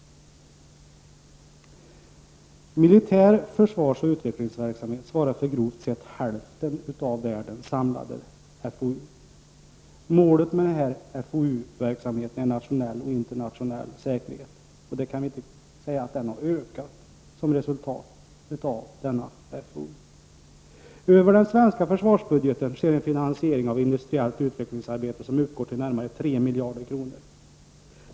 Militär forskningsoch utvecklingsverksamhet svarar för grovt sett hälften av världens samlade FOU. Målet med denna verksamhet är nationell och internationell säkerhet, men vi kan inte säga att den har ökat som resultat av denna FOU. Även i den svenska försvarsbudgeten sker en finansiering av industriellt utvecklingsarbete som uppgår till närmare 3 miljarder kronor.